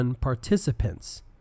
participants